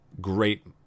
great